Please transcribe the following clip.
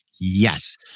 yes